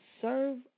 serve